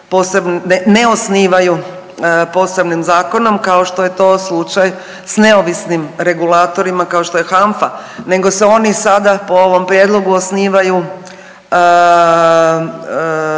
ne osnivaju posebnim zakonom kao što je to slučaj s neovisnim regulatorima kao što je to HANFA nego se oni sada po ovom prijedlogu osnivaju